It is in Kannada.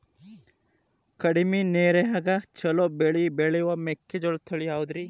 ಕಡಮಿ ನೇರಿನ್ಯಾಗಾ ಛಲೋ ಬೆಳಿ ಬೆಳಿಯೋ ಮೆಕ್ಕಿಜೋಳ ತಳಿ ಯಾವುದ್ರೇ?